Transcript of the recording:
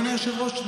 אדוני היושב-ראש,